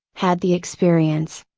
had the experience.